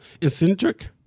eccentric